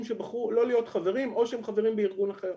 שבחרו לא להיות חברים או שהם חברים בארגון אחר.